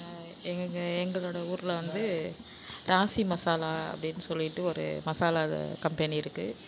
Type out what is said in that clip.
எங்கள் எங்களோடய ஊர்ல வந்து ராசி மசாலா அப்படீனு சொல்லிட்டு ஒரு மசாலா கம்பெனி இருக்குது